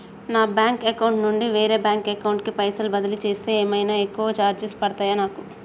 నా bank account నుండి వేరే బ్యాంక్ అకౌంట్ కి పైసల్ బదిలీ చేస్తే ఏమైనా ఎక్కువ చార్జెస్ పడ్తయా నాకు?